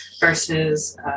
versus